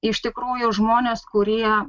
iš tikrųjų žmonės kurie